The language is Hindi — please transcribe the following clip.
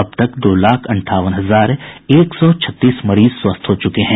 अब तक दो लाख अंठावन हजार एक सौ छत्तीस मरीज स्वस्थ हो चुके हैं